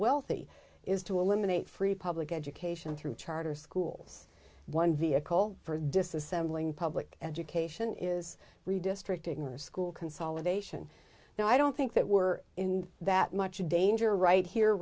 wealthy is to eliminate free public education through charter schools one vehicle for disassembling public education is redistricting or school consolidation now i don't think that we're in that much danger right here